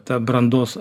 tą brandos